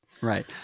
Right